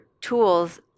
tools